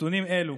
נתונים אלו